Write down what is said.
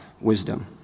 wisdom